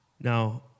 Now